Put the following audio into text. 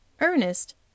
Ernest